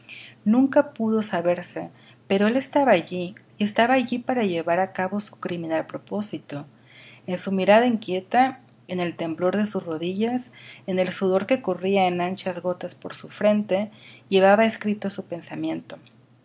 nunca pudo saberse pero él estaba allí y estaba allí para llevar á cabo su criminal propósito en su mirada inquieta en el temblor de sus rodillas en el sudor que corría en anchas gotas por su frente llevaba escrito su pensamiento